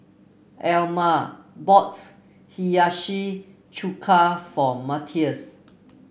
Elmer bought Hiyashi Chuka for Mathias